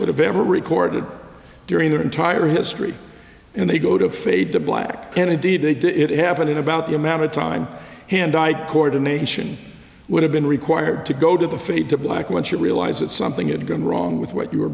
would have ever recorded during their entire history and they go to fade to black and indeed they did it happened in about the amount of time hand eye coordination would have been required to go to the fade to black once you realize that something had gone wrong with what you were